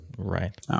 Right